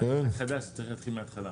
נתחיל מהתחלה.